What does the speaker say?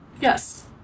Yes